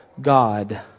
God